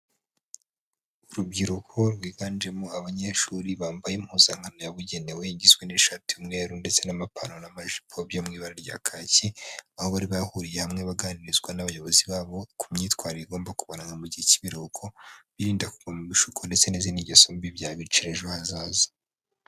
Urubyiruko rwiganjemo abanyeshuri bambaye impuzankano yabugenewe, igizwe n'ishati y'umweru ndetse n'amapantaro n'amajipo byo mu ibara rya kakiyi, aho bari bahuriye hamwe baganirizwa n'abayobozi babo, ku myitwarire igomba kubaranga mu gihe cy'ibiruhuko, birinda ibishuko ndetse n'izindi ngeso mbi byabicira ejo hazaza.